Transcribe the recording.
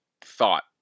thought